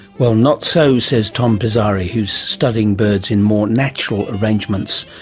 well, not so says tom pizzari, who is studying birds in more natural arrangements,